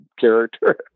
character